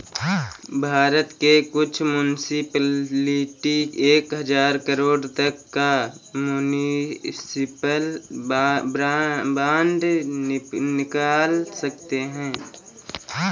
भारत के कुछ मुन्सिपलिटी एक हज़ार करोड़ तक का म्युनिसिपल बांड निकाल सकते हैं